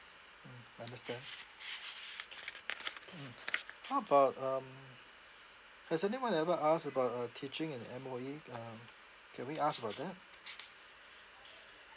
mm understand mm how about um has anyone ever ask about uh teaching in M_O_E um can we ask about that